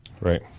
Right